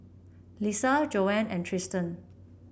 Lissa Joanne and Tristin